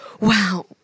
Wow